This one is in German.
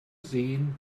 sehen